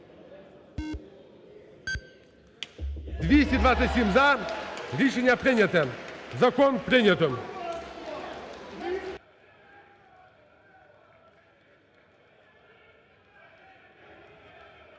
За-227 Рішення прийнято. Закон прийнято.